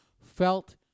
felt